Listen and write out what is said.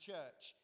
church